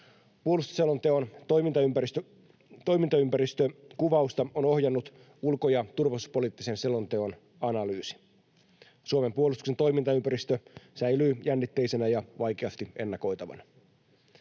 Puolustusselonteon toimintaympäristökuvausta on ohjannut ulko- ja turvallisuuspoliittisen selonteon analyysi. Suomen puolustuksen toimintaympäristö säilyy jännitteisenä ja vaikeasti ennakoitavana.